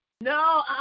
No